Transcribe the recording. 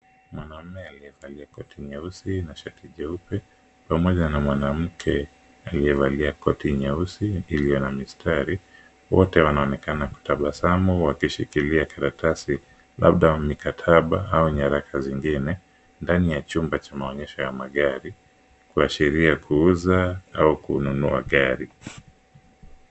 Mwanaume aliyevalia koti nyeusi na shati jeupe pamoja na mwanamke aliyevalia koti nyeusi iliyo na mistari, wote wanaonekana kutabasamu wakishikilia karatasi labda wa mikataba au nyaraka zingine ndani ya chumba cha maonyesho ya magari kuashiria kuuza au kununua gari.